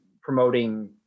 promoting